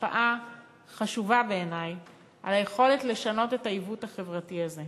השפעה חשובה על היכולת לשנות את העיוות החברתי הזה.